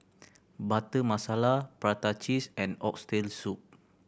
Butter Masala prata cheese and Oxtail Soup